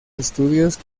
estudios